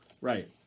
Right